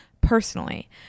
personally